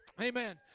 Amen